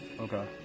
Okay